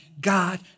God